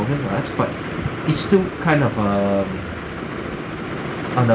arts but it's still kind of um on a